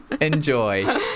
Enjoy